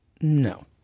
No